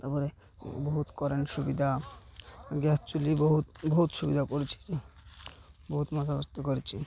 ତା'ପରେ ବହୁତ କରେଣ୍ଟ ସୁବିଧା ଗ୍ୟାସ୍ ଚୁଲି ବହୁତ ବହୁତ ସୁବିଧା ପଡ଼ିଛି ବହୁତ ବନ୍ଦୋବସ୍ତ କରିଛି